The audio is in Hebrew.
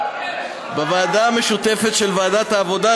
בוועדה המשותפת של ועדת העבודה,